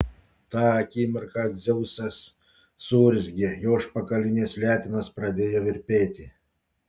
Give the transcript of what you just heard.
tą akimirką dzeusas suurzgė jo užpakalinės letenos pradėjo virpėti